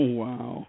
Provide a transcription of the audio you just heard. wow